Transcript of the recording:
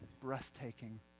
breathtaking